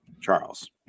Charles